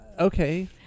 Okay